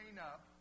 up